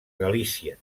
galícia